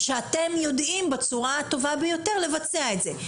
שאתם יודעים בצורה הטובה ביותר לבצע את זה.